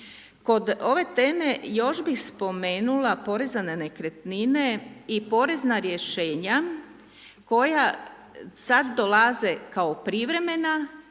Kod ove teme još bih spomenula poreza na nekretnine i porezna rješenja koja sad dolaze kao privremena